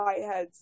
whiteheads